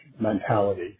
mentality